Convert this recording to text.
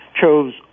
chose